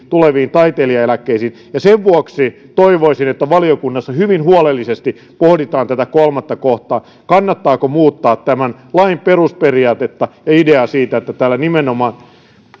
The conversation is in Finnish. tuleviin taiteilijaeläkkeisiin ja sen vuoksi toivoisin että valiokunnassa hyvin huolellisesti pohditaan tätä kolmatta kohtaa kannattaako muuttaa lain perusperiaatetta ja ideaa siitä että tällä nimenomaan